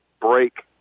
break